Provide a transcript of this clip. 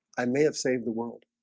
i may have saved the world.